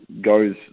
goes